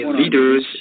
leaders